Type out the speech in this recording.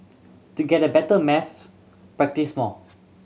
to get a better maths practise more